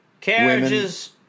carriages